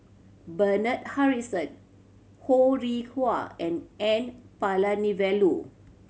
Bernard Harrison Ho Rih Hwa and N Palanivelu